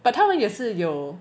but 他们也是有